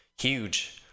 huge